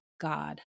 God